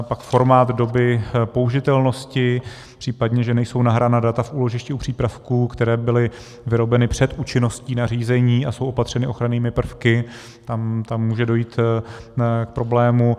Pak formát doby použitelnosti, případně že nejsou nahrána data v úložišti u přípravků, které byly vyrobeny před účinností nařízení a jsou opatřeny ochrannými prvky, tam může dojít k problému.